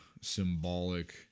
symbolic